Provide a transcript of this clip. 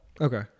Okay